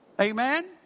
Amen